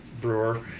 brewer